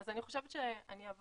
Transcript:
אני חושבת שכבר